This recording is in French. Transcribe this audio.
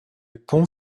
pont